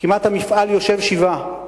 כמעט המפעל יושב שבעה.